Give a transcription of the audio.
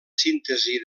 síntesi